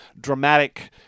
dramatic